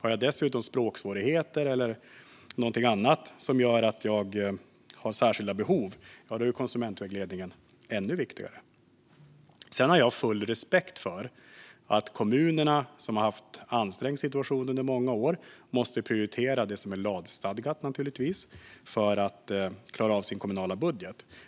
Om man dessutom har språksvårigheter eller någonting annat som gör att man har särskilda behov är konsumentvägledningen ännu viktigare. Sedan har jag full respekt för att kommunerna, som har haft en ansträngd situation under många år, måste prioritera det som är lagstadgat för att klara av sina kommunala budgetar.